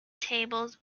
tables